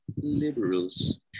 liberals